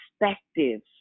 perspectives